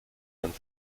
and